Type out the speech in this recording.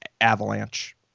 Avalanche